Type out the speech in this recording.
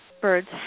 birds